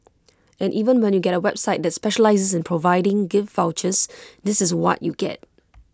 and even when you get A website that specialises in providing gift vouchers this is what you get